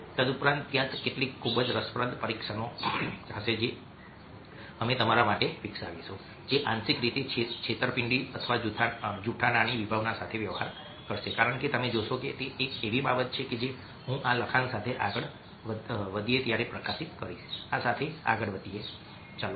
તદુપરાંત ત્યાં કેટલીક ખૂબ જ રસપ્રદ પરીક્ષણો હશે જે અમે તમારા માટે વિકસાવીશું જે આંશિક રીતે છેતરપિંડી અથવા જૂઠાણાની વિભાવના સાથે વ્યવહાર કરશે કારણ કે તમે જોશો કે તે એક એવી બાબતો છે જે હું આ લખાણ સાથે આગળ વધીએ ત્યારે પ્રકાશિત કરીશ આ સાથે આગળ વધો